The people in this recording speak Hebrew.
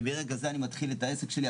וברגע זה אני מתחיל את העסק שלי,